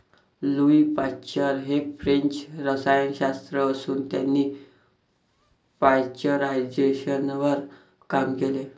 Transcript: Louis Pasteur हे French रसायनशास्त्रज्ञ असून त्यांनी पाश्चरायझेशनवर काम केले